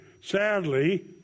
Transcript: Sadly